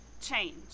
change